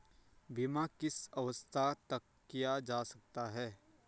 बीमा किस अवस्था तक किया जा सकता है?